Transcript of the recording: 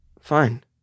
Fine